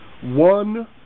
one